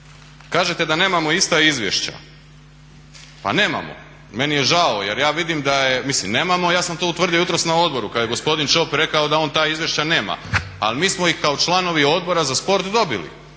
Kažete da nemamo ista izvješća. Pa nemamo. Meni je žao, jer ja vidim da je, mislim nemamo. Ja sam to utvrdio jutros na odboru kad je gospodin Čop rekao da on ta izvješća nema. Ali mi smo ih kao članovi Odbora za sport dobili.